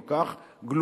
כל כך גלויים,